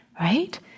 right